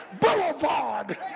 boulevard